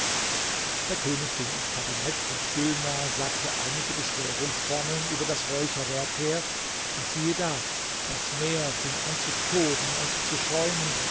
der könig ging ins kabinett und gülnar sagte einige beschwörungsformeln über das räucherwerk her und siehe da das meer fing an zu toben und zu schäumen